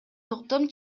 токтом